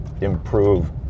improve